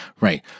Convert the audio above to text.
Right